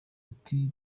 ati